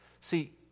See